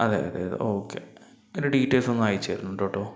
അതെ അതെ ഓക്കെ അതിൻ്റെ ഡീറ്റെയിൽസ് ഒന്ന് അയച്ചു തരുന്നുണ്ട് കേട്ടോ